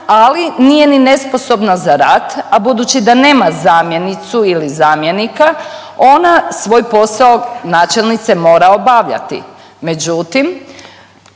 ali nije ni nesposobna za rad, a budući da nema zamjenicu ili zamjenika ona svoj posao načelnice mora obavljati, međutim